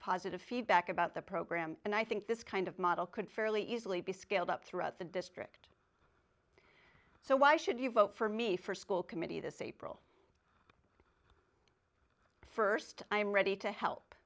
positive feedback about the program and i think this kind of model could fairly easily be scaled up throughout the district so why should you vote for me for school committee this april st i am ready to help